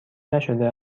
نشده